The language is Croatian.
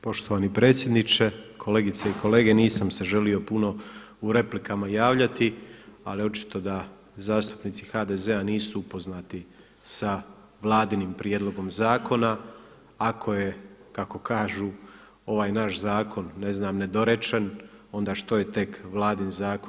Poštovani predsjedniče, kolegice i kolege, nisam se želio puno u replikama javljati ali očito da zastupnici HDZ-a nisu upoznati sa Vladinim prijedlogom zakona ako je kako kažu ovaj naš zakon ne znam nedorečen, onda što je tek Vladin zakon.